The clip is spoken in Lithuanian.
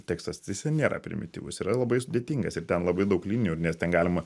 tekstas tai jisai nėra primityvus yra labai sudėtingas ir ten labai daug linijų nes ten galima